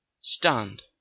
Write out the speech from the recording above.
stand